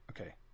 Okay